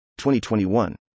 2021